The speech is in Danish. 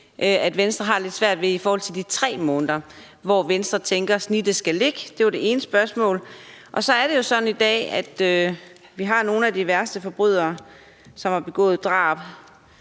at Venstre har det lidt svært med de 3 måneder, og hvor Venstre tænker at snittet skal ligge. Det var det ene spørgsmål. Så er det jo sådan i dag, at vi har nogle af de værste forbrydere, som har begået drab,